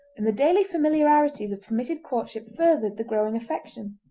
and the daily familiarities of permitted courtship furthered the growing affection.